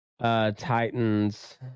Titans